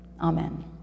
Amen